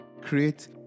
Create